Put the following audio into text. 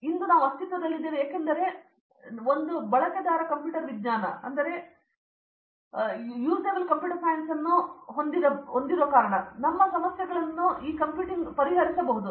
ಇಂದು ನಾವು ಅಸ್ತಿತ್ವದಲ್ಲಿದ್ದೇವೆ ಏಕೆಂದರೆ ನೀವು ಒಂದು ಬಳಕೆದಾರ ಕಂಪ್ಯೂಟರ್ ವಿಜ್ಞಾನವನ್ನು ಹೊಂದಿಲ್ಲದಿರುವಾಗ ನೀವು ನನ್ನ ಸಮಸ್ಯೆಗಳನ್ನು ಪರಿಹರಿಸುತ್ತಿರುವಿರಿ